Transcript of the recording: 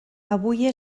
avui